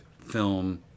film